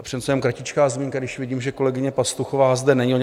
Přece jenom kratičká zmínka, když vidím, že kolegyně Pastuchová zde není.